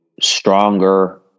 stronger